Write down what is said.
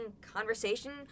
conversation